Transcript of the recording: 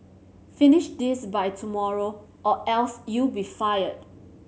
finish this by tomorrow or else you'll be fired